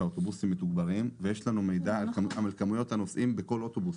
האוטובוסים מתוגברים ויש לנו מידע על כמויות הנוסעים בכל אוטובוס.